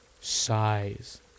size